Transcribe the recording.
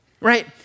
right